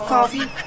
Coffee